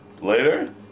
Later